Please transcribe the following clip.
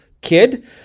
kid